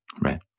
right